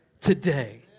today